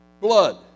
blood